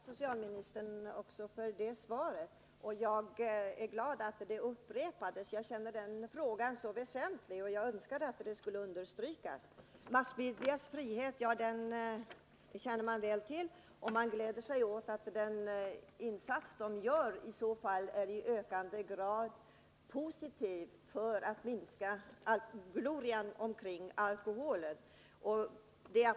Herr talman! Jag vill tacka socialministern också för det svaret. Jag känner frågan så väsentlig, och jag önskade att detta skulle understrykas. Massmedias frihet känner man väl till och gläder sig åt att den insats de gör i så fall är i ökad grad positiv och verkar för att minska glorian kring alkoholen.